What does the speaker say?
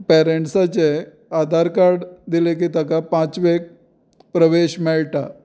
पेरेंन्साचे Aadhaar card दिलें की ताका पांचवेक प्रवेश मेळटा